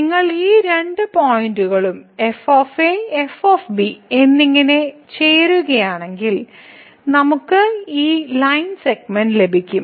നിങ്ങൾ ഈ രണ്ട് പോയിന്റുകളും f f എന്നിങ്ങനെ ചേരുകയാണെങ്കിൽ നമ്മൾക്ക് ഈ ലൈൻ സെഗ്മെന്റ് ലഭിക്കും